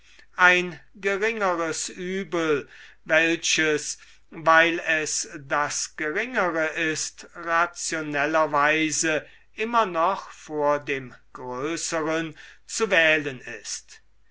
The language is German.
ein geringeres übel welches weil es das geringere ist rationellerweise immer noch vor dem größeren zu wählen ist